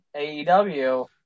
AEW